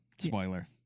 Spoiler